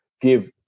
give